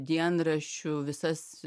dienraščių visas